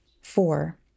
Four